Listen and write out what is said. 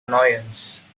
annoyance